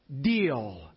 deal